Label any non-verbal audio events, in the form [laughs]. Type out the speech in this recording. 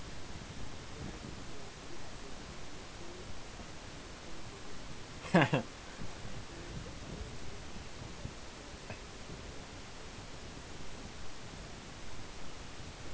[laughs]